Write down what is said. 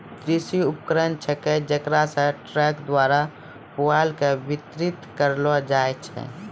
कृषि उपकरण छेकै जेकरा से ट्रक्टर द्वारा पुआल के बितरित करलो जाय छै